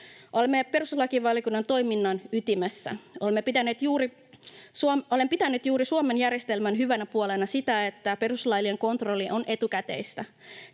Olemme perustuslakivaliokunnan toiminnan ytimessä. Olen pitänyt juuri Suomen järjestelmän hyvänä puolena sitä, että perustuslaillinen kontrolli on etukäteistä.